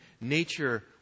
nature